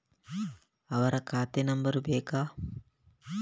ಅವರ ಖಾತೆ ನಂಬರ್ ಬೇಕಾ?